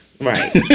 Right